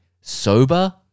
sober